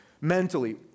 mentally